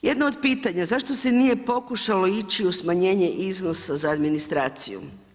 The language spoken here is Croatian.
Jedno od pitanja zašto se nije pokušalo ići u smanjenje iznosa za administraciju?